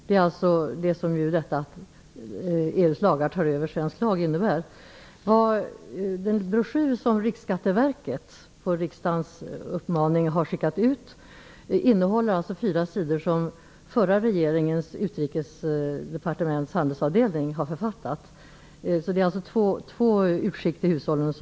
Det är ju vad detta med att EU:s lagar tar över svensk lag innebär. Den broschyr som Riksskatteverket på riksdagens uppmaning har skickat ut innehåller fyra sidor som den förra regeringens utrikesdepartements handelsavdelning har författat. Departementet har alltså gjort två utskick till hushållen.